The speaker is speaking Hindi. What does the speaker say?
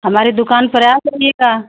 हमारी दुकान पर आ जाइएगा